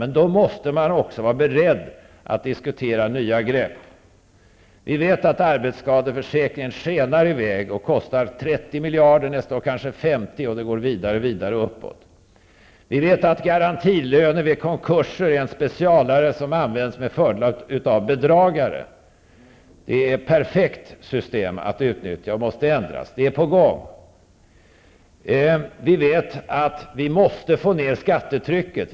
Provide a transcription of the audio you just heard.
Men då måste man också vara beredd att diskutera nya grepp. Arbetsskadeförsäkringen skenar i väg och kostar 30 miljarder, nästa år kanske 50 -- och det går vidare uppåt. Vi vet att garantilöner vid konkurser är en specialare som används med fördel av bedragare. Det är ett perfekt system att utnyttja, och det måste ändras -- vilket är på gång. Vi måste få ner skattetrycket.